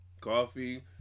Coffee